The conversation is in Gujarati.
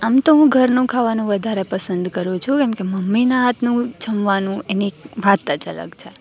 આમતો હું ઘરનું ખાવાનું વધારે પસંદ કરું છું કેમકે મમ્મીના હાથનું જમવાનું એની વાત જ અલગ છે